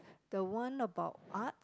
the one about Art